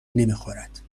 نمیخورد